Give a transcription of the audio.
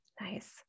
Nice